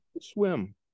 swim